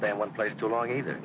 stay in one place too long either